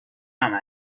عمل